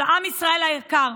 אבל עם ישראל היקר,